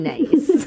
Nice